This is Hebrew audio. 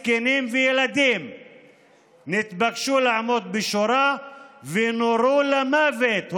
זקנים וילדים נתבקשו לעמוד בשורה ונורו למוות,